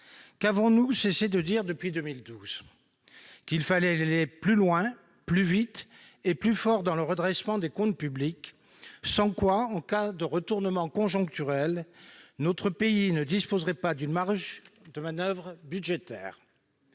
n'avons-nous cessé de dire depuis 2012 ? Qu'il fallait aller plus loin, plus vite et plus fort dans le redressement des comptes publics, sans quoi, en cas de retournement conjoncturel, notre pays ne disposerait d'aucune marge de manoeuvre budgétaire.